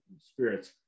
spirits